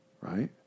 right